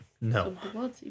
No